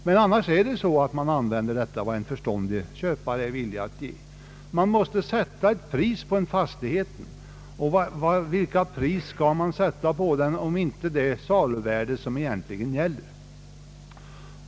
Men annars använder man som måttstock vad en förståndig köpare är villig att ge. Man måste sätta ett pris på en fastighet, och vilket pris skall man sätta om inte det saluvärde som egentligen gäller?